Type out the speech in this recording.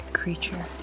creature